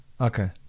Okay